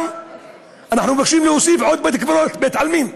אנחנו מבקשים להוסיף בית-עלמין,